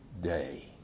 day